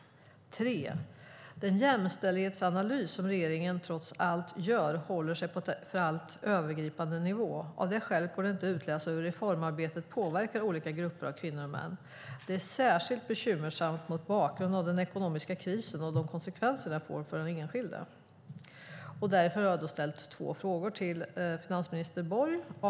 Den jämställdhetsanalys som regeringen trots allt gör håller sig på en alltför övergripande nivå. Av det skälet går det inte att utläsa hur reformarbetet påverkar olika grupper av kvinnor och män. Det är särskilt bekymmersamt mot bakgrund av den ekonomiska krisen, och de konsekvenser den får för den enskilda." Därför har jag ställt två frågor till finansminister Borg: 1.